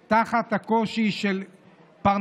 שנאנקות תחת הקושי של פרנסה,